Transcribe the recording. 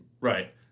Right